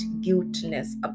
guiltiness